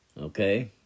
Okay